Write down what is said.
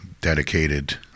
dedicated